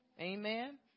Amen